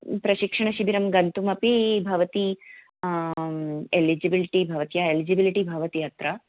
प्रशिक्षणशिबिरं गन्तुमपि भवती एलिजिबिलिटि भवत्याः एलिजिबिलिटि भवति अत्र